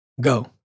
go